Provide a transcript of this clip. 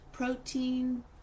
protein